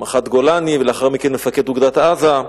מח"ט גולני, ולאחר מכן מפקד אוגדת עזה: